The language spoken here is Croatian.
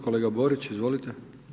Kolega Borić, izvolite.